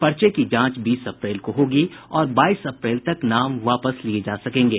पर्चे की जांच बीस अप्रैल को होगी और बाईस अप्रैल तक नाम वापस लिये जा सकेंगे